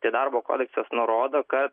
tai darbo kodeksas nurodo kad